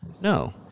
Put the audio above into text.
no